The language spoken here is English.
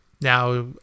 now